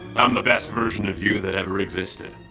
i'm the best version of you that ever existed.